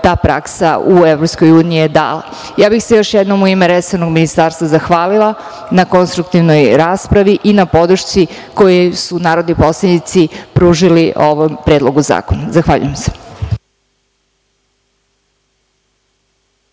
ta praksa u EU dala. Još jednom bih se u ime resornog ministarstva zahvalila na konstruktivnoj raspravi i na podršci koju su narodni poslanici pružili ovom predlogu zakona. Zahvaljujem se.